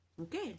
okay